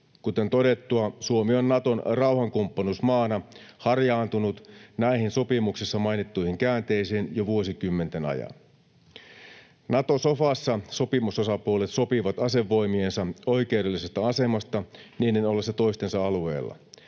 Kuten todettua, Suomi on Naton rauhankumppanuusmaana harjaantunut näihin sopimuksessa mainittuihin käänteisiin jo vuosikymmenten ajan. Nato-sofassa sopimusosapuolet sopivat asevoimiensa oikeudellisesta asemasta niiden ollessa toistensa alueella.